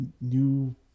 new